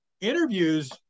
interviews